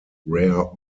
rare